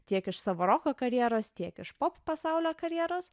tiek iš savo roko karjeros tiek iš pop pasaulio karjeros